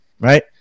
Right